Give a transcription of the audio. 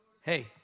Hey